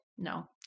No